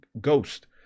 ghost